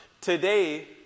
Today